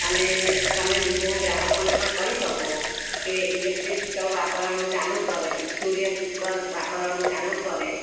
અને તમે બીજા ગ્રાહકોને પણ કહી શકો કે ઇલેક્ટ્રિક સ્ટવ વાપરવાનું ચાલુ કરે સૂર્યકુકર વાપરવાનું ચાલુ કરે